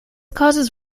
causes